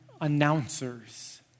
announcers